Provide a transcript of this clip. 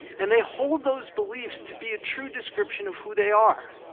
and they hold those beliefs to be a true description of who they are.